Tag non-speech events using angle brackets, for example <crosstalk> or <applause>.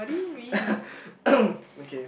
<coughs> okay